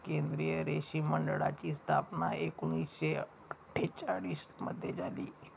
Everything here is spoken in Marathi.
केंद्रीय रेशीम मंडळाची स्थापना एकूणशे अट्ठेचालिश मध्ये झाली